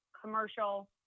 commercial